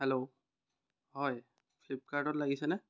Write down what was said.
hello হয় ফ্লিপকাৰ্টত লাগিছেনে